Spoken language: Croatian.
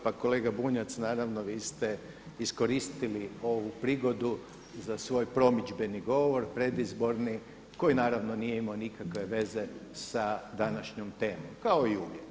Pa kolega Bunjac, naravno vi ste iskoristili ovu prigodu za svoj promidžbeni govor, predizborni koji nije imao nikakve veze sa današnjom temom kao i uvijek.